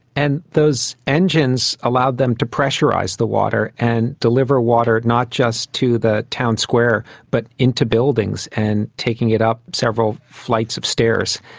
and those engines allowed them to pressurise the water and deliver water not just to the town square but into buildings and taking it up several flights of stairs.